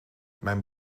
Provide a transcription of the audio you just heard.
mijn